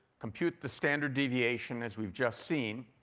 compute the standard deviation as we've just seen,